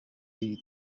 iri